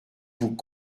vous